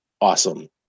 awesome